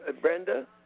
Brenda